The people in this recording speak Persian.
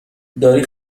داری